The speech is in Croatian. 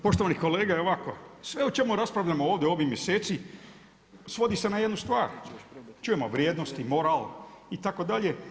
Poštovani kolega ovako, sve o čemu raspravljamo ovdje ovih mjeseci, svodi se na jednu stvar, čujemo, vrijednosti, moral itd.